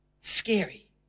scary